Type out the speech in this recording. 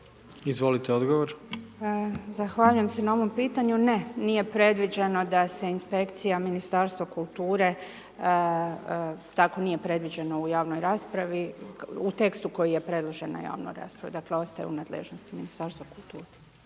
Koržinek, Nina** Zahvaljujem se na ovom pitanju. Ne, nije predviđeno da se inspekcija Ministarstva kulture, tako nije predviđeno u javnoj raspravi, u tekstu koji je …/Govornik se ne razumije./… u javnoj raspravi, dakle, ostaje u nadležnosti Ministarstva kulture.